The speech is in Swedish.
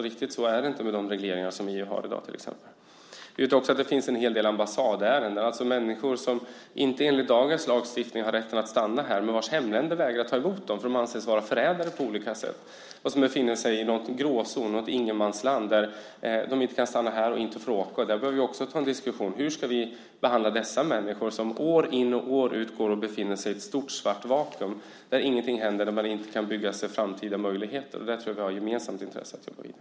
Riktigt så är det inte med de regleringar som vi har i dag. Det finns en hel del ambassadärenden, alltså människor som enligt dagens lagstiftning inte har rätten att stanna här men vars hemländer vägrar att ta emot dem därför att de anses vara förrädare. De befinner sig i någon gråzon, i ett ingenmansland som gör att de inte kan stanna här och inte får åka. Där behöver vi också ta en diskussion om hur vi ska behandla dessa människor som år ut och år in befinner sig i ett stort svart vakuum där ingenting händer, där de inte kan bygga sig framtida möjligheter. Där tror jag att vi har ett gemensamt intresse av att gå vidare.